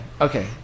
okay